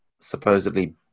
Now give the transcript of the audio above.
supposedly